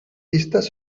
pistes